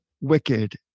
wicked